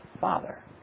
father